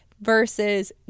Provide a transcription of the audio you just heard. versus